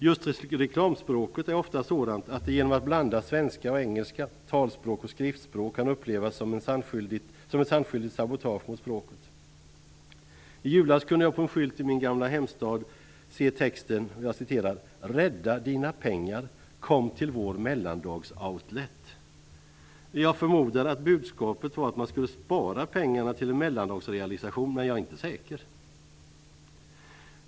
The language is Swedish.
Just reklamspråket är ofta sådant att det genom att blanda svenska och engelska, talspråk och skriftspråk kan upplevas som ett sannskyldigt sabotage mot språket. I julas kunde jag på en skylt i min gamla hemstad se texten: "Rädda dina pengar. Kom till vår mellandags-outlet." Jag förmodar att budskapet var att man skulle spara pengarna till en mellandagsrealisation, men jag är inte säker.